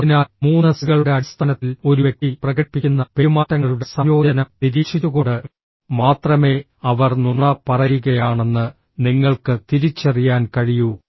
അതിനാൽ മൂന്ന് സികളുടെ അടിസ്ഥാനത്തിൽ ഒരു വ്യക്തി പ്രകടിപ്പിക്കുന്ന പെരുമാറ്റങ്ങളുടെ സംയോജനം നിരീക്ഷിച്ചുകൊണ്ട് മാത്രമേ അവർ നുണ പറയുകയാണെന്ന് നിങ്ങൾക്ക് തിരിച്ചറിയാൻ കഴിയൂ